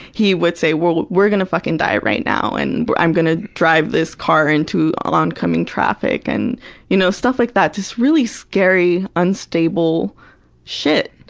he would say, well, we're gonna fuckin' die right now and i'm gonna drive this car into oncoming traffic! and you know stuff like that, just really scary, unstable shit.